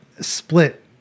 split